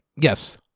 Yes